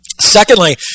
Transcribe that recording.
secondly